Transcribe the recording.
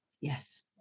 Yes